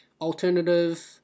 alternative